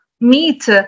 meet